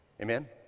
Amen